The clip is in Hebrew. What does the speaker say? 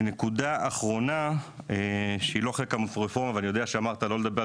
נקודה אחרונה שהיא לא חלק מהרפורמה ואני יודע שאמרת לא לדבר על